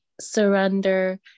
surrender